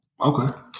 Okay